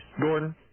Gordon